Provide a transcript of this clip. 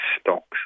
stocks